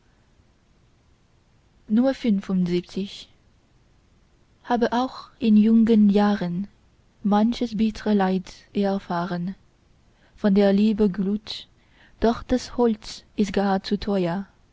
habe auch in jungen jahren manches bittre leid erfahren von der liebe glut doch das holz ist gar zu teuer